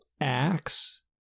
acts